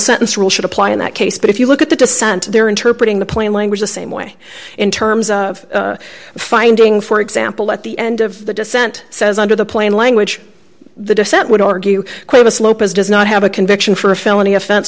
sentence rule should apply in that case but if you look at the dissent there interpret in the plain language the same way in terms of finding for example at the end of the descent says under the plain language the dissent would argue quite a slope as does not have a conviction for a felony offen